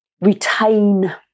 retain